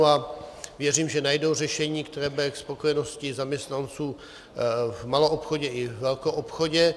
A věřím, že najdou řešení, které bude ke spokojenosti zaměstnanců v maloobchodě i velkoobchodě.